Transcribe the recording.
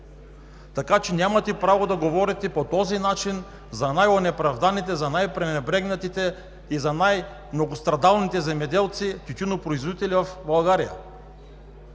така че нямате право да говорите по този начин за най-онеправданите, за най-пренебрегнатите и за най-многострадалните земеделци и тютюнопроизводители в България.